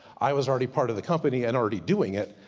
i was already part of the company and already doing it,